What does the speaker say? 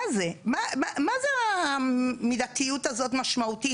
מה זו המידתיות הזאת "משמעותית",